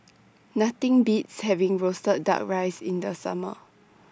Nothing Beats having Roasted Duck Rice in The Summer